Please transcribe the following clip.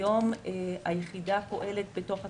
היום היחידה פועלת בתוך הצבא,